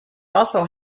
also